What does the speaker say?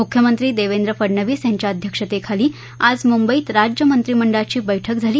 मुख्यमंत्री देवेंद्र फडणवीस यांच्या अध्यक्षतेखाली आज मुंबईत राज्य मंत्रिमंडळाची बैठक झाली